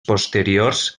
posteriors